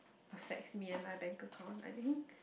affects me and my bank account I think